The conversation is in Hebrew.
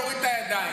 תוריד את הידיים.